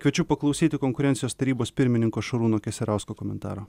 kviečiu paklausyti konkurencijos tarybos pirmininko šarūno keserausko komentaro